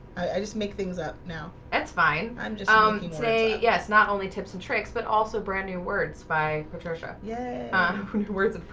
i just make things up. no, it's fine. i'm just um a yes not only tips and tricks but also brand new words by patricia yeah, two words.